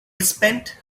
spend